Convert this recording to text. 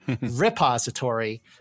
repository